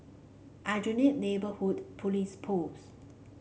Aljunied Neighbourhood Police Post